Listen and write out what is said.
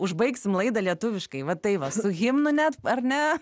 užbaigsim laidą lietuviškai va tai va su himnu net ar ne